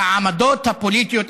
העמדות הפוליטיות,